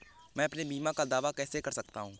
मैं अपने बीमा का दावा कैसे कर सकता हूँ?